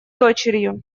дочерью